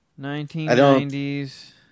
1990s